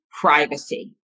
privacy